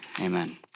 Amen